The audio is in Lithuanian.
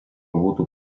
būtų